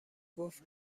گفت